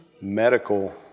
medical